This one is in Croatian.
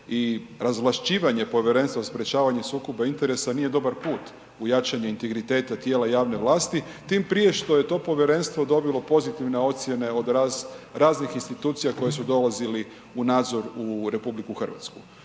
i razvlašćivanja povjerenstva za sprječavanje sukoba interesa, nije dobar put u jačanje integriteta tijela javne vlasti, tim prije što je to povjerenstvo dobilo pozitivno ocjene od raznih institucija, koje su dolazili u nadzoru u RH.